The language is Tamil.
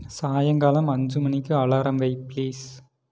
சாயங்காலம் அஞ்சு மணிக்கு அலாரம் வை பிளீஸ்